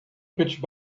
pitch